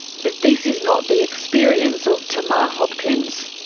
but this is not the experience of tamar hopkins.